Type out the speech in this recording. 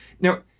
Now